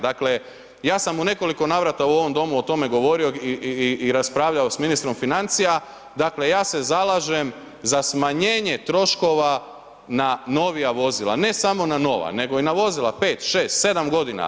Dakle, ja sam u nekoliko navrata u ovom Domu o tome govorio i raspravljao sa ministrom financija, dakle ja se zalažem za smanjenje troškova na novija vozila, ne samo na nova nego i na vozila 5, 6, 7 godina.